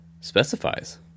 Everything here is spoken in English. specifies